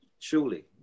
truly